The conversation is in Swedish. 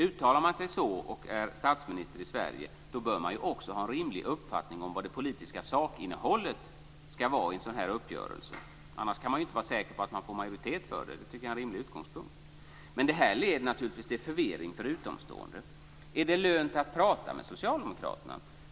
Uttalar man sig så och är statsminister i Sverige, bör man också ha en rimlig uppfattning om vad det politiska sakinnehållet skall vara i en sådan uppgörelse. Annars kan man ju inte vara säker på att få majoritet för det. Det borde vara en rimlig utgångspunkt. Men det här leder naturligtvis till förvirring för utomstående. Är det lönt att tala med socialdemokraterna?